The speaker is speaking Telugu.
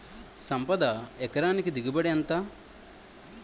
సంపద ఎకరానికి దిగుబడి ఎంత?